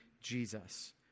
Jesus